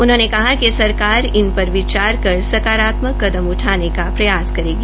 उन्होंने कहा कि सरकार इन पर विचार कर सकारात्मक कदम उठाने का प्रयास करेगी